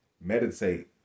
Meditate